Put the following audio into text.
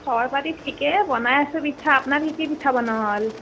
খবৰ পাতি ঠিকেই বনাই আছোঁ পিঠা আপোনাৰ কি কি পিঠা বনোৱা হ'ল